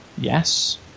Yes